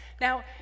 Now